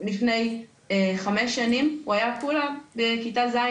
לפני חמש שנים הוא היה כולה בכיתה ז',